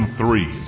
three